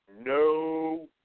no